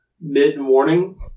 mid-morning